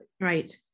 Right